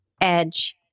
edge